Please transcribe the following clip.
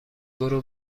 برو